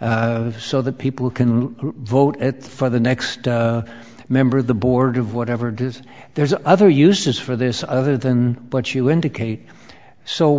s so that people can vote at for the next member of the board of whatever does there's other uses for this other than what you indicate so